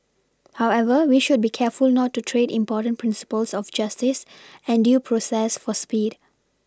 however we should be careful not to trade important Principles of justice and due process for speed